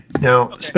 Now